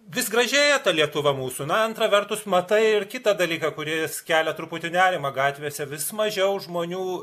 vis gražėja lietuva mūsų na antra vertus matai ir kitą dalyką kuris kelia truputį nerimą gatvėse vis mažiau žmonių